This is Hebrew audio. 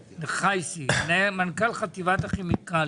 מנכ"ל חטיבת הכימיקלים,